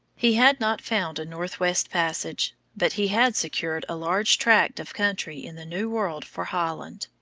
he had not found a northwest passage, but he had secured a large tract of country in the new world for holland.